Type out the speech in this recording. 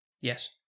Yes